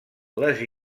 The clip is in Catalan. les